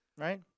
Right